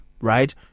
Right